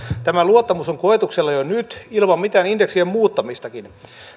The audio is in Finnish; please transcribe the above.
tämä luottamus on koetuksella jo nyt ilman mitään indeksien muuttamistakin